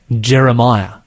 Jeremiah